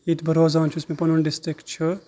ییٚتہِ بہٕ روزان چھُس مےٚ پَنُن ڈِسٹرک چھُ